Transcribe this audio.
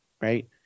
Right